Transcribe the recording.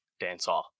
dancehall